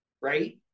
right